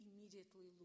immediately